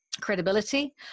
credibility